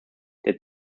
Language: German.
der